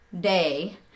day